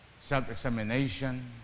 self-examination